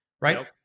right